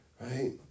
Right